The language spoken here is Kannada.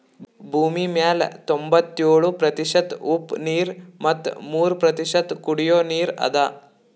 ಭೂಮಿಮ್ಯಾಲ್ ತೊಂಬತ್ಯೋಳು ಪ್ರತಿಷತ್ ಉಪ್ಪ್ ನೀರ್ ಮತ್ ಮೂರ್ ಪ್ರತಿಷತ್ ಕುಡಿಯೋ ನೀರ್ ಅದಾ